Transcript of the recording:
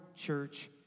church